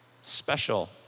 special